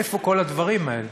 איפה כל הדברים האלה?